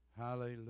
Hallelujah